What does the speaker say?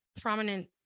prominent